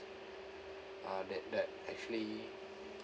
uh that that actually